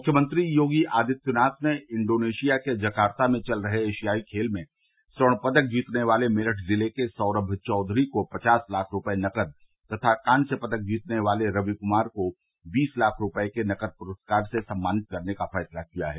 मुख्यमंत्री योगी आदित्यनाथ ने इंडोनेशिया के जकार्ता में चल रहे एशियाई खेल में स्वर्ण पदक जीतने वाले मेरठ जिले के सौरम चौघरी को पचास लाख रूपये नकद तथा कांस्य पदक जीतने वाले रवि कुमार को बीस लाख रूपये के नकद पुरस्कार से सम्मानित करने का फैसला किया है